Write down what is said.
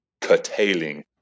curtailing